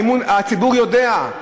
הציבור יודע.